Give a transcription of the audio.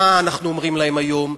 מה אנחנו אומרים להם היום,